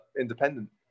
independent